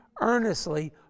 earnestly